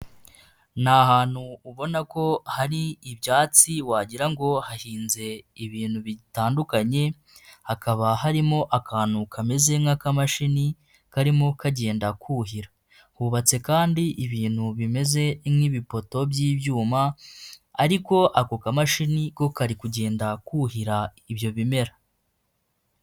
Ni ahantu ubona ko hari ibyatsi wagira ngo hahinze ibintu bitandukanye, hakaba harimo akantu kameze nk'akamashini karimo kagenda kuhira, hubatse kandi ibintu bimeze nk'ibipoto by'ibyuma ariko ako kamashini ko kari kugenda kuhira ibyo bimera.